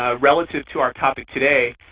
ah relative to our topic today,